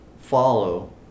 follow